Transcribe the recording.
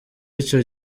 icyo